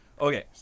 Okay